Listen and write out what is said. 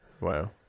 Wow